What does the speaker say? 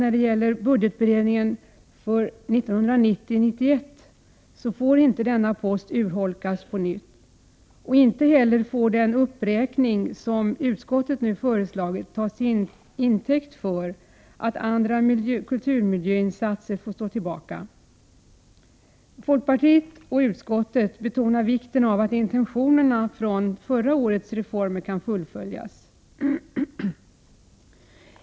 När det gäller budgetberedningen för 1990/91 får inte denna post urholkas på nytt. Inte heller får den uppräkning som utskottet nu föreslagit tas till intäkt för att andra kulturmiljöinsatser får stå tillbaka. Folkpartiet och utskottet betonar vikten av att intentionerna beträffande förra årets reformer kan fullföljas.